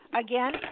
Again